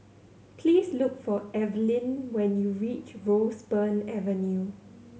please look for Eveline when you reach Roseburn Avenue